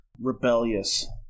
rebellious